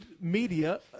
media